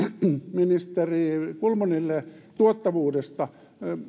ministeri kulmunille tuottavuudesta